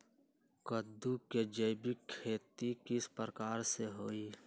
कददु के जैविक खेती किस प्रकार से होई?